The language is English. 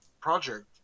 project